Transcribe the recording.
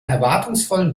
erwartungsvollen